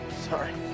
sorry